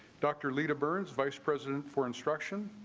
dr. leader burns vice president for instruction.